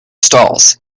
stalls